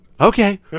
Okay